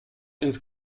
ins